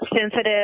sensitive